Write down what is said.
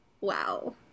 Wow